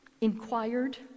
inquired